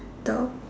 the